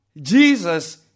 Jesus